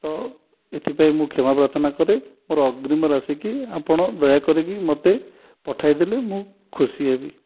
ତ ଏଥିପାଇଁ ମୁଁ କ୍ଷମା ପ୍ରାର୍ଥନା କରେ ମୋର ଅଗ୍ରିମ ରାଶିକୁ ଆପଣ ଦୟାକରିକି ମୋତେ ପଠାଇଦେଲେ ମୁଁ ଖୁସି ହେବି